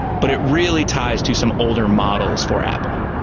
but it really ties to some older models for apple.